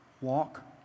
walk